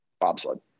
bobsled